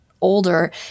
older